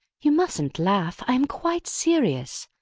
you mustn't laugh, i am quite serious.